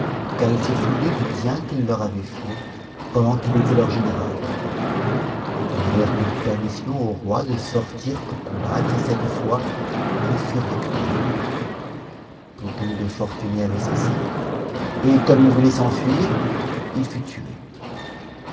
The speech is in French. car ils se souvenaient du bien qu'il leur avait fait pendant qu'il était leur général ils demandèrent donc permission au roi de sortir pour combattre et cette fois ils furent victorieux le don de fortuné avait cessé et comme il voulait s'enfuir il fut tué